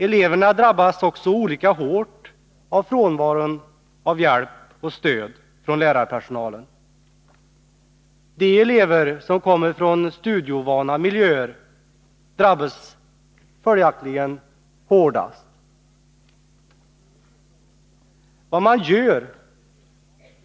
Eleverna drabbas också olika hårt av frånvaron av hjälp och stöd från lärarpersonalen. De elever som kommer från studieovana miljöer drabbas följaktligen hårdast.